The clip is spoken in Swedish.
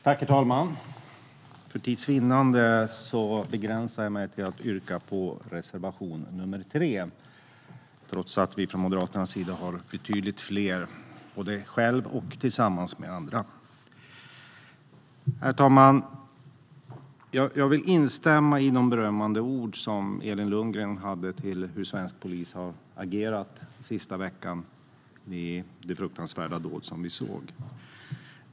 Herr talman! För tids vinnande begränsar jag mig till att yrka bifall till reservation nr 3 trots att vi från Moderaternas sida har betydligt fler reservationer, både själva och tillsammans med andra. Herr talman! Jag vill instämma i Elin Lundgrens berömmande ord om hur svensk polis har agerat sista veckan efter det fruktansvärda dåd som vi såg.